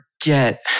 forget